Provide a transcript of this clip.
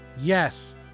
Yes